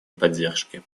поддержки